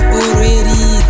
already